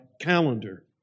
calendar